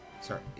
sorry